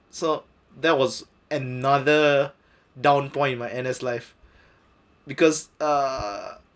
so there was another downpoint my N_S life because uh